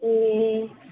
ए